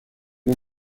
این